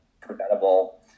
preventable